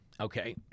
Okay